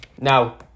Now